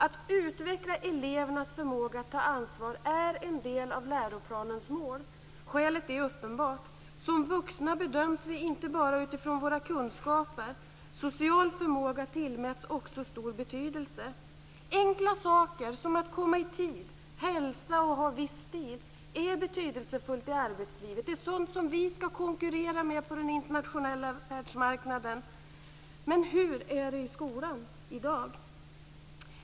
Att utveckla elevernas förmåga att ta ansvar är en del av läroplanens mål. Skälet är uppenbart. Som vuxna bedöms vi inte bara utifrån våra kunskaper. Social förmåga tillmäts också stor betydelse. Enkla saker som att komma i tid, hälsa och ha viss stil är betydelsefullt i arbetslivet. Det är sådant som vi skall konkurrera med på den internationella världsmarknaden. Men hur är det i skolan i dag?